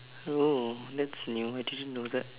oh that's new I didn't know that